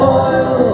oil